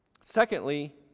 Secondly